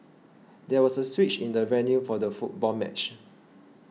there was a switch in the venue for the football match